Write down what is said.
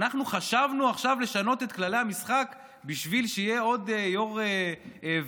אנחנו חשבנו עכשיו לשנות את כללי המשחק בשביל שיהיה עוד יו"ר ועדה,